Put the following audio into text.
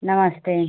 नमस्ते